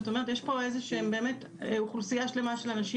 זאת אומרת יש פה באמת אוכלוסייה שלמה של אנשים